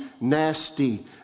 nasty